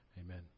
Amen